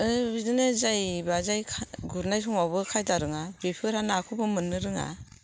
बिदिनो जायबाजाय गुरनाय समावबो खायदा रोङा बेफोरा नाखौबो मोननो रोङा